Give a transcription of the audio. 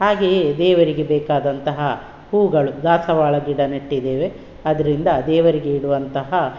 ಹಾಗೆಯೇ ದೇವರಿಗೆ ಬೇಕಾದಂತಹ ಹೂಗಳು ದಾಸವಾಳ ಗಿಡ ನೆಟ್ಟಿದ್ದೇವೆ ಅದರಿಂದ ದೇವರಿಗೆ ಇಡುವಂತಹ